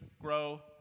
grow